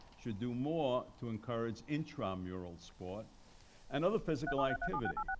should do more to encourage intramural sports and other physical activity.